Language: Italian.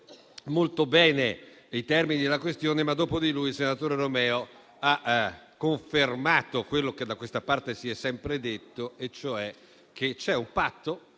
molto bene i termini della questione. Dopo di lui, però, il senatore Romeo ha confermato quello che da questa parte si è sempre detto: che c'è un patto